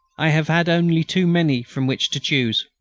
i have had only too many from which to choose.